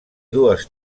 dues